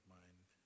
mind